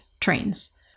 trains